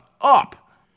up